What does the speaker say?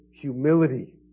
humility